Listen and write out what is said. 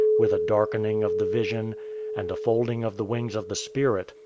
with a darkening of the vision and a folding of the wings of the spirit,